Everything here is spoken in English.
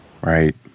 Right